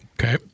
Okay